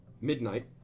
midnight